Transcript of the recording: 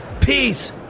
peace